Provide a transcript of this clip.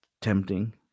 tempting